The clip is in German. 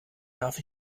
darf